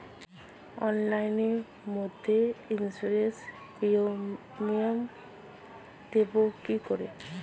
অনলাইনে মধ্যে insurance premium দেবো কি করে?